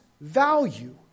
value